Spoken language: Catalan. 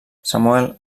samuel